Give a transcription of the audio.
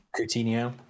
Coutinho